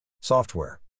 Software